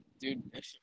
dude